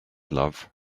love